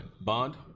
Bond